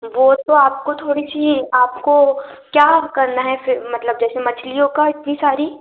वो तो आपको थोड़ी सी आपको क्या करना है फिर मतलब जैसे मछलियों का इतनी सारी